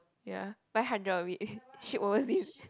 ya buy hundred of it ship overseas